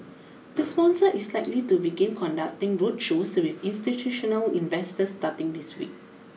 the sponsor is likely to begin conducting roadshows with institutional investors starting this week